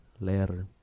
later